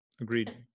Agreed